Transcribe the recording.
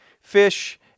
fish